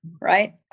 right